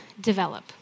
develop